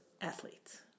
athletes